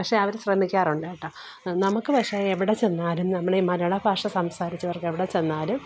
പക്ഷേ അവര് ശ്രമിക്കാറുണ്ട് കേട്ടോ നമുക്ക് പക്ഷേ എവിടെ ചെന്നാലും നമ്മൾ ഈ മലയാള ഭാഷ സംസാരിച്ചവർക്ക് എവിടെ ചെന്നാലും